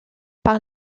par